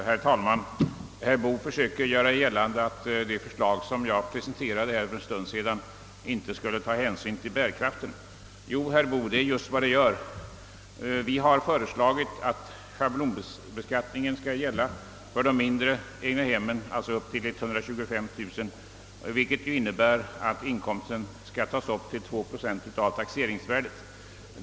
Herr talman! Herr Boo försökte göra gällande att det förslag som jag presenterade för en stund sedan inte skulle ta hänsyn till bärkraften. Jo, herr Boo, det är just vad det gör. Vi har föreslagit att schablonbeskattningen skall gälla för de mindre egnahemmen, alltså upp till 125000 kronor, vilket innebär att inkomsten skall tagas upp till 2 procent av taxeringsvärdet.